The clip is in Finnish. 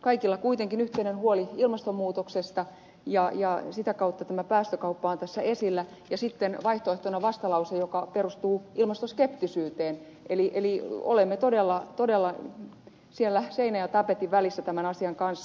kaikilla on kuitenkin yhteinen huoli ilmastonmuutoksesta ja sitä kautta tämä päästökauppa on tässä esillä ja sitten vaihtoehtona vastalause joka perustuu ilmastoskeptisyyteen eli olemme todella siellä seinän ja tapetin välissä tämän asian kanssa